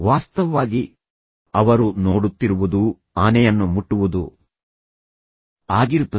ವಾಸ್ತವವಾಗಿ ಅವರು ನೋಡುತ್ತಿರುವುದು ವಾಸ್ತವವಾಗಿ ಆನೆಯನ್ನು ಮುಟ್ಟುವುದು ಆಗಿರುತ್ತದೆ